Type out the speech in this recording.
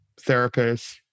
therapists